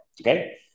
okay